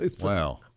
Wow